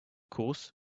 course